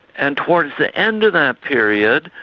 and towards the end of that period,